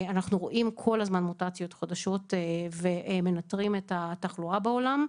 אנחנו רואים כל הזמן מוטציות חדשות ומנטרים את התחלואה בעולם.